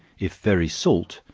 if very salt,